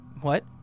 What